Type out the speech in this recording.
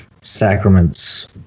sacraments